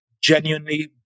genuinely